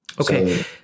okay